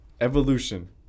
Evolution